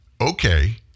Okay